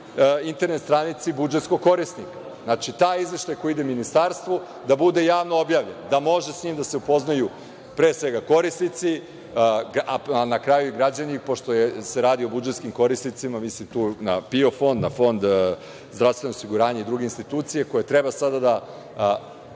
internet stranici budžetskog korisnika. Znači, taj izveštaj koji ide ministarstvu da bude javno objavljen, da mogu sa njim da se upoznaju pre svega korisnici, a na kraju i građani, pošto se radi o budžetskim korisnicima. Mislim tu na PIO fond, na Fond za zdravstveno osiguranje i druge institucije, koje treba sada da